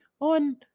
on